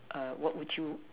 err what would you